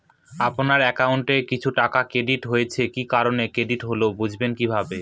আপনার অ্যাকাউন্ট এ কিছু টাকা ক্রেডিট হয়েছে কি কারণে ক্রেডিট হল বুঝবেন কিভাবে?